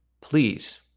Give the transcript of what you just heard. Please